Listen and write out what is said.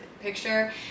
picture